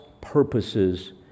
purposes